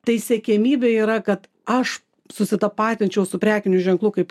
tai siekiamybė yra kad aš susitapatinčiau su prekiniu ženklu kaip